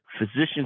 physicians